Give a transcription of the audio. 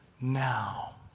now